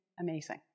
amazing